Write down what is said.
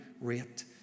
rate